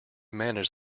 manage